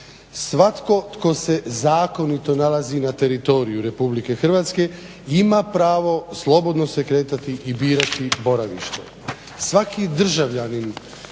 "Svatko tko se zakonito nalazi na teritoriju RH ima pravo slobodno se kretati i birati boravište.